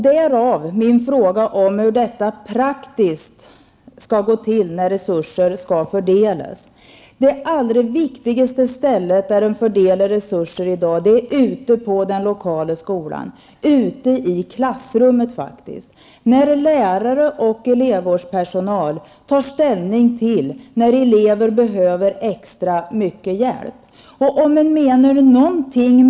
Därav min fråga om hur det praktiskt skall gå till när resurser skall fördelas. Det allra viktigaste stället där resurser fördelas i dag är i den lokala skolan, faktiskt ute i klassrummet, när lärare och elevvårdspersonal tar ställning till elever som behöver extra mycket hjälp.